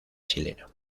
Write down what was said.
chileno